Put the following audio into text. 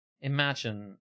imagine